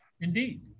Indeed